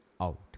out